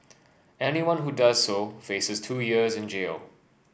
anyone who does so faces two years in jail